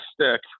stick